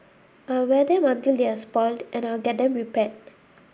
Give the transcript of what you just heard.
I'll wear them until they're spoilt and I'll get them repaired